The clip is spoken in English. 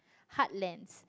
heartlands